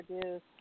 produce